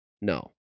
no